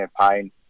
campaign